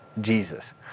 Jesus